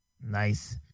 nice